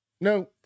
no